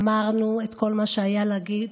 אמרנו את כל מה שהיה להגיד,